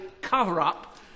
cover-up